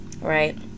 right